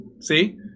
See